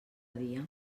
dia